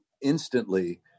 instantly